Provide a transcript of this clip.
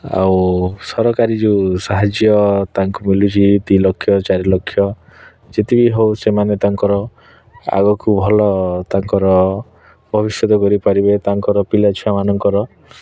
ଆଉ ସରକାରୀ ଯେଉଁ ସାହାଯ୍ୟ ତାଙ୍କୁ ମିଲୁଛି ଦୁଇ ଲକ୍ଷ ଚାରି ଲକ୍ଷ ଯେତେ ବି ହେଉ ସେମାନେ ତାଙ୍କର ଆଗକୁ ଭଲ ତାଙ୍କର ଭବିଷ୍ୟତ ଗଢ଼ିପାରିବେ ତାଙ୍କର ପିଲାଛୁଆମାନଙ୍କର